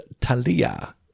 Talia